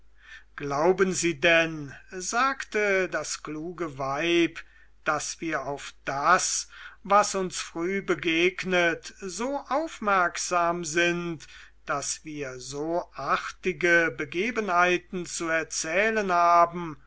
glauben sie denn sagte das kluge weib daß wir auf das was uns früher begegnet so aufmerksam sind daß wir so artige begebenheiten zu erzählen haben